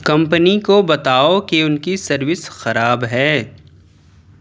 company کو بتاؤ کہ ان کی سروس خراب ہے